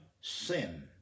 sin